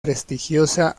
prestigiosa